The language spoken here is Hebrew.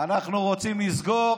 אנחנו רוצים לסגור,